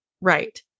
Right